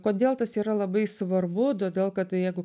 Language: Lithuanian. kodėl tas yra labai svarbu todėl kad jeigu